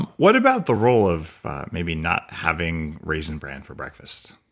what about the role of maybe not having raisin brand for breakfast?